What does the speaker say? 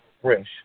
fresh